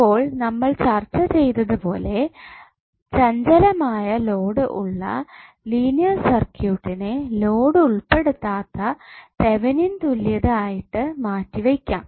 ഇപ്പോൾ നമ്മൾ ചർച്ച ചെയ്തത് പോലെ ചഞ്ചലമായ ലോഡ് ഉള്ള ലീനിയർ സർക്യൂട്ടിനെ ലോഡ് ഉൾപ്പെടുത്താത്ത തെവെനിൻ തുല്യത ആയിട്ട് മാറ്റി വെക്കാം